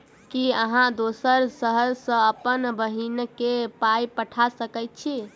की अहाँ दोसर शहर सँ अप्पन बहिन केँ पाई पठा सकैत छी?